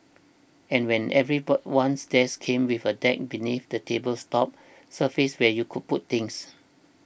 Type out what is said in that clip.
and when every ones desk came with a deck beneath the table's top surface where you could put things